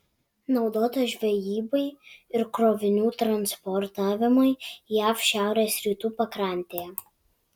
naudotas žvejybai ir krovinių transportavimui jav šiaurės rytų pakrantėje